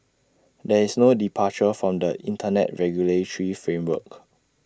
there is no departure from the Internet regulatory framework